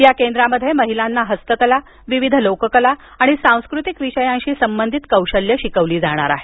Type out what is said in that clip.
या केंद्रामध्ये महिलांना हस्तकला विविध लोककला आणि सांस्कृतिक विषयांशी संबंधित कौशल्य शिकवली जाणार आहेत